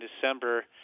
December